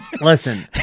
Listen